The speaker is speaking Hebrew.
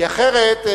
כי אחרת,